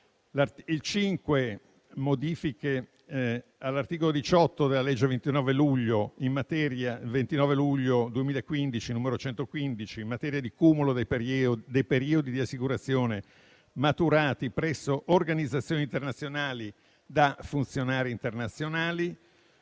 reca modifiche all'articolo 18 della legge 29 luglio 2015, n. 115, in materia di cumulo dei periodi di assicurazione maturati presso organizzazioni internazionali da funzionari internazionali.